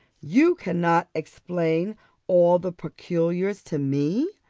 you cannot explain all the particulars to me,